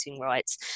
rights